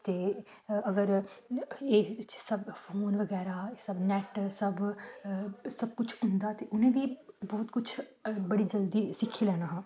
ते अगर एह् सब्ब फोन बगैरा सब्ब नैट्ट सब्ब सब्ब कुछ होंदा ते उ'नें बी बोह्त कुछ बड़ी जल्दी सिक्खी लैना हा